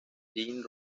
tim